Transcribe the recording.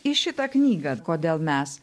į šitą knygą kodėl mes